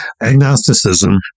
Agnosticism